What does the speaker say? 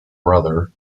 brother